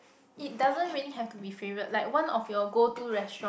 it doesn't really have to be favorite like one of your go-to restaurant